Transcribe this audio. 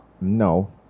No